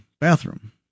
bathroom